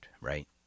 right